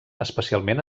especialment